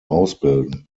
ausbilden